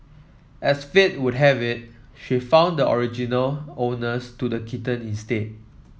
as fate would have it she found the original owners to the kitten instead